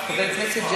תפנים את זה כבר.